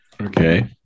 Okay